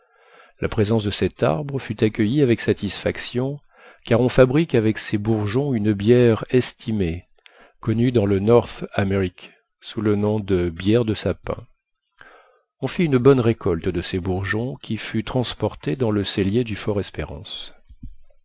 la présence de cet arbre fut accueillie avec satisfaction car on fabrique avec ses bourgeons une bière estimée connue dans le north amérique sous le nom de bière de sapin on fit une bonne récolte de ces bourgeons qui fut transportée dans le cellier du